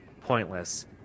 pointless